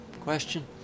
question